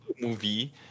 movie